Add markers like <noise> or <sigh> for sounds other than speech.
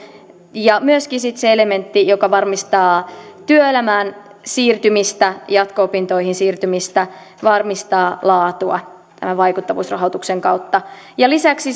ja myöskin sitten se elementti joka varmistaa työelämään siirtymistä jatko opintoihin siirtymistä varmistaa laatua tämän vaikuttavuusrahoituksen kautta lisäksi <unintelligible>